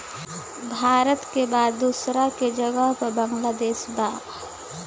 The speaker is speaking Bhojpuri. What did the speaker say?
भारत के बाद दूसरका जगह पर बांग्लादेश बा